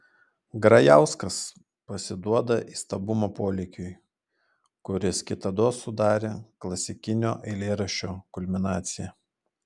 grajauskas pasiduoda įstabumo polėkiui kuris kitados sudarė klasikinio eilėraščio kulminaciją